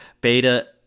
beta